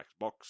Xbox